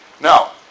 Now